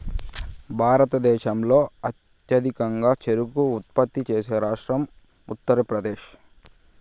భారతదేశంలో అత్యధికంగా చెరకు ఉత్పత్తి చేసే రాష్ట్రం ఉత్తరప్రదేశ్